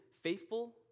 faithful